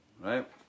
Right